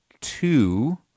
two